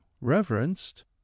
reverenced